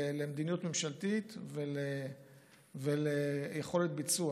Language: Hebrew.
למדיניות ממשלתית וליכולת ביצוע.